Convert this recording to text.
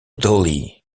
dolly